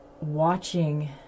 watching